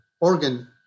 organ